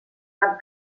cap